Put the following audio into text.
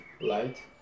Light